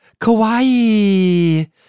Kawaii